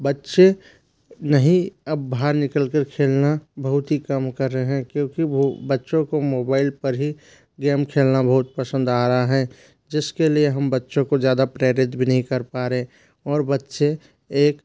बच्चे नहीं अब बाहर निकलते खेलना बहुत ही कम कर रहे हैं क्योंकि वो बच्चों को मोबाइल पर ही गेम खेलना बहुत पसंद आ रहा है जिसके लिए हम बच्चों को ज़्यादा प्रेरित भी नहीं कर पा रहे और बच्चे एक